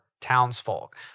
townsfolk